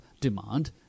demand